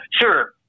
Sure